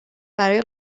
برای